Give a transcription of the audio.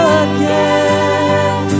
again